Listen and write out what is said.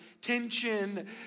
tension